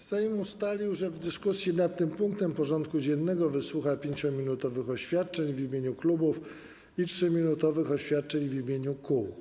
Sejm ustalił, że w dyskusji nad tym punktem porządku dziennego wysłucha 5-minutowych oświadczeń w imieniu klubów i 3-minutowych oświadczeń w imieniu kół.